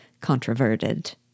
controverted